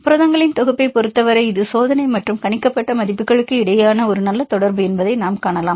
புரதங்களின் தொகுப்பைப் பொறுத்தவரை இது சோதனை மற்றும் கணிக்கப்பட்ட மதிப்புகளுக்கு இடையேயான ஒரு நல்ல தொடர்பு என்பதை நாம் காணலாம்